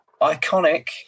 iconic